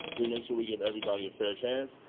we make sure we give everybody a fair chance,